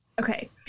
Okay